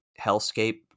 hellscape